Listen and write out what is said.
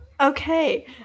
okay